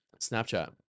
Snapchat